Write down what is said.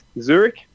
Zurich